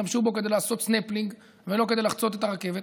השתמשו בזה כדי לעשות סנפלינג ולא כדי לחצות את הרכבת.